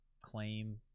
claim